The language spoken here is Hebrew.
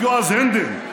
את יועז הנדל,